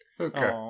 Okay